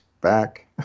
back